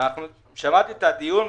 שמעתי את הדיון.